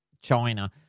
China